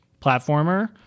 platformer